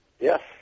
Yes